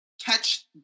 catch